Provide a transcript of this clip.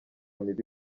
mibi